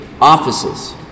offices